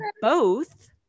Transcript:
both-